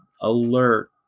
alert